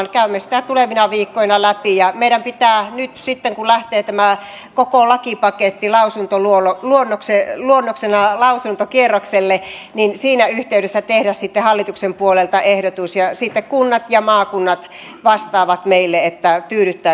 käymme sitä tulevina viikkoina läpi ja meidän pitää nyt sitten kun lähtee tämä koko lakipaketti lausuntoluonnoksena lausuntokierroksella siinä yhteydessä tehdä sitten hallituksen puolelta ehdotus ja sitten kunnat ja maakunnat vastaavat meille tyydyttääkö se esitys